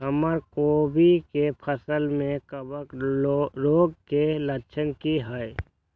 हमर कोबी के फसल में कवक रोग के लक्षण की हय?